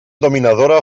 dominadora